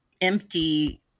empty